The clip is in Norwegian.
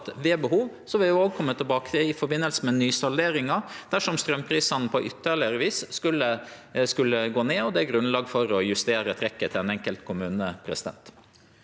ved behov vil vi kome tilbake til dette i forbindelse med nysalderinga, dersom straumprisane ytterlegare skulle gå ned og det er grunnlag for å justere trekket til den enkelte kommunen. Presidenten